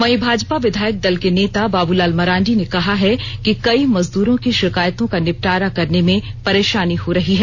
वहीं भाजपा विधायक दल के नेता बाबूलाल मरांडी ने कहा है कि कई मजदूरों की षिकायतों का निपटारा करने में परेषानी हो रही है